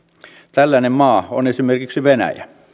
tällainen maa on esimerkiksi venäjä